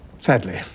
sadly